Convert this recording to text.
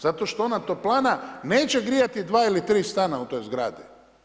Zato što ona toplana neće grijati dva ili tri stana u toj zgradi.